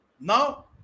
Now